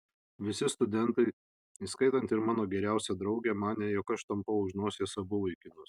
visi studentai įskaitant ir mano geriausią draugę manė jog aš tampau už nosies abu vaikinus